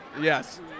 Yes